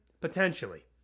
Potentially